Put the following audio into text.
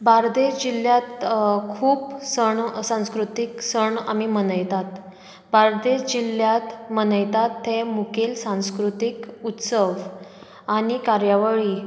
बार्देश जिल्ल्यांत खूब सण संस्कृतीक सण आमी मनयतात बार्देश जिल्ल्यांत मनयतात ते मुखेल सांस्कृतीक उत्सव आनी कार्यावळी